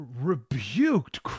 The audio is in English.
rebuked